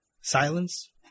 Silence